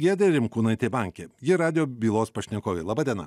giedrė rimkūnaitė manke ji radijo bylos pašnekovė laba diena